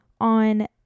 On